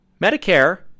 Medicare